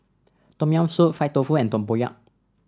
Tom Yam Soup Fried Tofu and Tempoyak